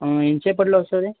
ఇంతసేపట్లో వస్తుంది